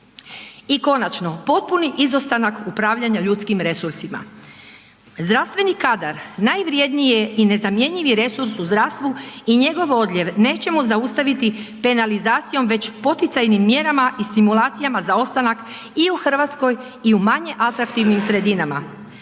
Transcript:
I konačno, potpuni izostanak upravljanja ljudskim resursima. Zdravstveni kadar najvrijednije i nezamjenjivi resurs u zdravstvu i njegov odljev nećemo zaustaviti penalizacijom već poticajnim mjerama i stimulacijama za ostanak i u Hrvatskoj i u manje atraktivnim sredinama.